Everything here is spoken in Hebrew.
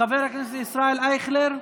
חבר הכנסת ישראל אייכלר,